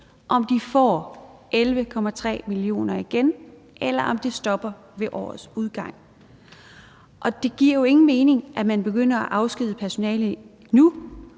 om de igen får 11,3 mio. kr., eller om det stopper ved årets udgang. Og det giver jo ingen mening, at man begynder at afskedige personale nu,